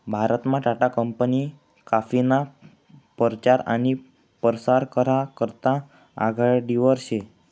भारतमा टाटा कंपनी काफीना परचार आनी परसार करा करता आघाडीवर शे